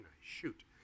Shoot